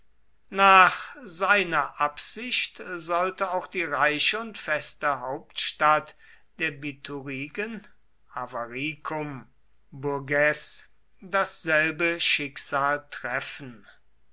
nach seiner absicht sollte auch die reiche und feste hauptstadt der biturigen avaricum bourges dasselbe schicksal treffen